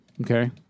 Okay